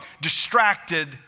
distracted